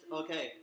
okay